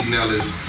Nellis